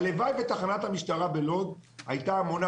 הלוואי ותחנת המשטרה בלוד הייתה מונה,